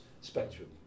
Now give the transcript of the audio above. spectrum